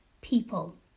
people